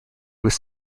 was